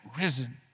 risen